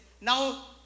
now